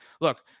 look